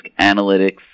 Analytics